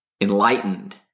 Enlightened